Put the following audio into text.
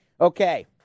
Okay